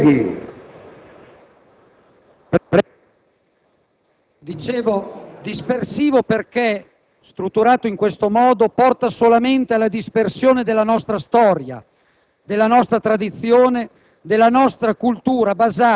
porta solamente alla dispersione...